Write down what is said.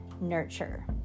nurture